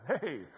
Hey